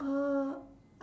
uh